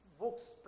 books